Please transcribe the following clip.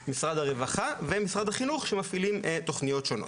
משרד הרווחה ומשרד החינוך שמפעילים תוכניות שונות.